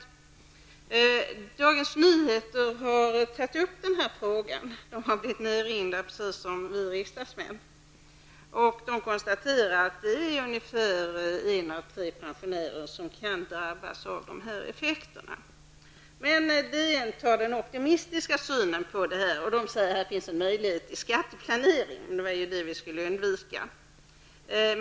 På Dagens Nyheter har man precis som vi riksdagsmän blivit nedringd, och man konstaterar där att ungefär 1 av 3 pensionärer drabbas av dessa effekter. Men DN har en optimistisk syn på detta och säger att det här finns en möjlighet till skatteplanering -- även om det var det som skulle undvikas.